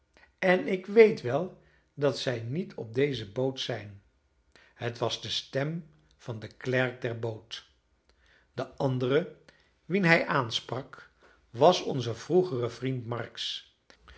en ik weet wel dat zij niet op deze boot zijn het was de stem van den klerk der boot de andere wien hij aansprak was onze vroegere vriend marks